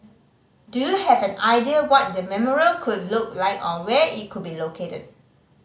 do you have an idea what the memorial could look like or where it could be located